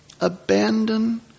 Abandon